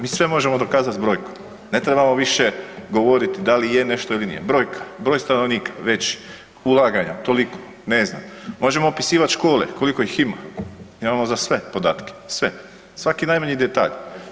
Mi sve možemo dokazat s brojkom, ne trebamo više govoriti da li je nešto ili nije, brojka, broj stanovnika veći, ulaganja tolika, ne znam, možemo opisivat škole, koliko ih ima, imamo za sve podatke, za sve, svaki najmanji detalj.